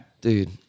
dude